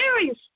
serious